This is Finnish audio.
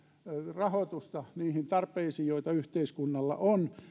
rahoitusta niihin tarpeisiin joita yhteiskunnalla on